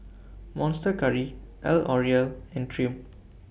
Monster Curry L'Oreal and Triumph